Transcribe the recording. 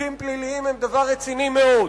חוקים פליליים הם דבר רציני מאוד.